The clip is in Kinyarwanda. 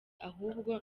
ahubwo